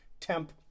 temp